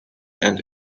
and